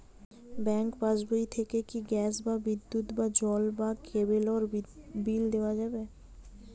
Bank পাশবই থেকে কি গ্যাস বা বিদ্যুৎ বা জল বা কেবেলর বিল দেওয়া যাবে?